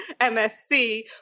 MSC